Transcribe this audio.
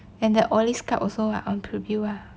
and the oily scalp also ah on preview ah